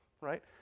Right